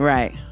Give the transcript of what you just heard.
Right